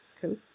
Cool